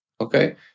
Okay